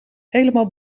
helemaal